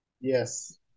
Yes